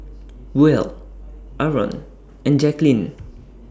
Buell Arron and Jacklyn